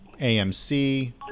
AMC